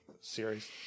series